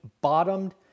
bottomed